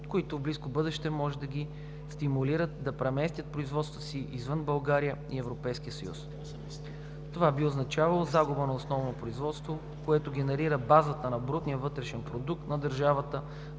които в близко бъдеще може да ги стимулират да преместят производствата си извън България и ЕС. Това би означавало загуба на основно производство, което генерира базата на брутния вътрешен продукт на държавата,